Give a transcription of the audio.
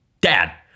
Dad